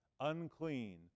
unclean